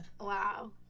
Wow